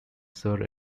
sir